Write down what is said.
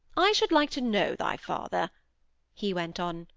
i should like to know thy father he went on,